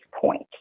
point